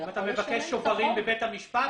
אם אתה מבקש שוברים בבית המשפט,